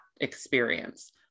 experience